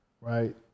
right